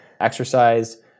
exercise